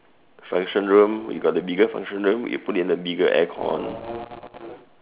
function room you got a bigger function room you put in a bigger aircon